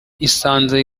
isanze